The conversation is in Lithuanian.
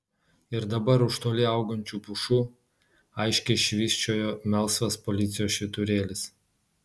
ir dabar už toli augančių pušų aiškiai švysčiojo melsvas policijos švyturėlis